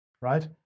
Right